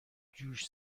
جوش